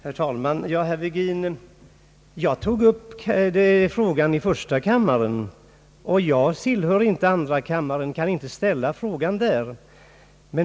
Herr talman! Herr Virgin, jag tog upp frågan i första kammaren, därför att jag inte tillhör andra kammaren och kan ställa frågan där.